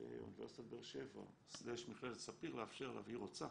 באוניברסיטת באר שבע/ מכללת ספיר - לאפשר לה והיא רוצה,